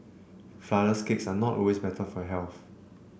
flourless cakes are not always better for health